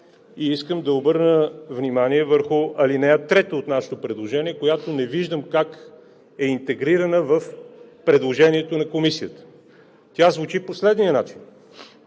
и искам да обърна внимание върху ал. 3 от нашето предложение, която не виждам как е интегрирана в предложението на Комисията. Тя звучи по следния начин: